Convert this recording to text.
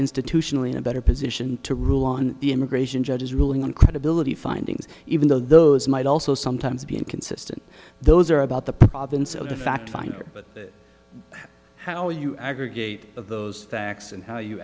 institutionally in a better position to rule on the immigration judge's ruling on credibility findings even though those might also sometimes be inconsistent those are about the fact finder but how you aggregate of those facts and how you